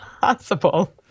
possible